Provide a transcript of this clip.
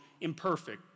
imperfect